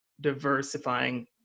diversifying